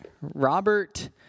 Robert